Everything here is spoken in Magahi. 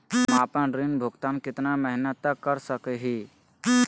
हम आपन ऋण भुगतान कितना महीना तक कर सक ही?